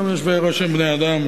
גם יושבי-ראש הם בני-אדם,